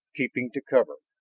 keeping to cover.